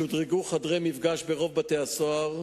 שודרגו חדרי מפגש ברוב בתי-הסוהר,